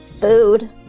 food